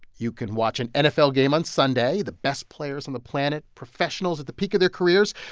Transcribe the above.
you can watch an nfl game on sunday, the best players on the planet, professionals at the peak of their careers.